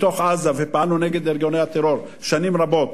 בתוך עזה ופעלנו נגד ארגוני הטרור שנים רבות,